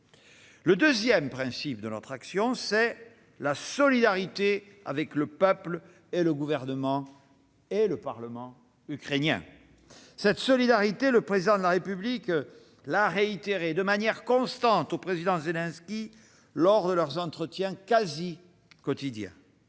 Le deuxième principe de notre action, c'est la solidarité avec le peuple, le gouvernement et le parlement ukrainiens. Cette solidarité, le Président de la République l'a réitérée au président Zelensky lors de leurs entretiens quasi quotidiens.